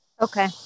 Okay